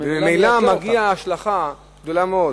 ממילא מגיעה השלכה גדולה מאוד.